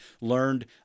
learned